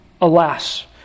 Alas